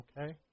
okay